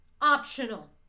optional